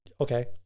okay